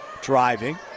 Driving